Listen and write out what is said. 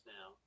now